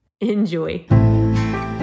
Enjoy